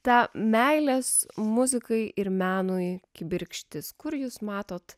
tą meilės muzikai ir menui kibirkštis kur jūs matote